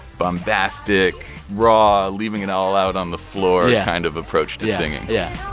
bombastic, raw, leaving it all out on the floor. yeah. kind of approach to singing yeah.